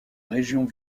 région